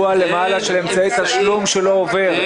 של אמצעי תשלום שלא עובר,